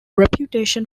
reputation